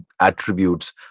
attributes